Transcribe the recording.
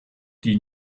die